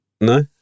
No